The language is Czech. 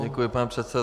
Děkuji, pane předsedo.